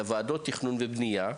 לוועדות תכנון ובנייה.